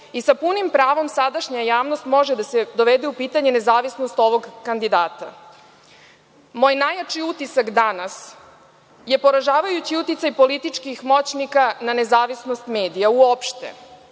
i sa punim pravom sadašnja javnost može da dovede u pitanje nezavisnost ovog kandidata. Moj najjači utisak danas je poražavajući uticaj političkih moćnika na nezavisnost medija uopšte.